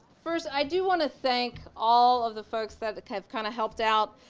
first, i do want to thank all of the folks that that have kind of helped out